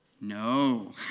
No